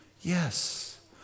yes